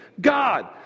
God